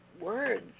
words